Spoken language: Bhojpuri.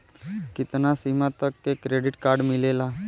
कितना सीमा तक के क्रेडिट कार्ड मिलेला?